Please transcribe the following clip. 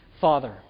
Father